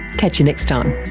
catch you next time